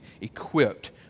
equipped